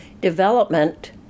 development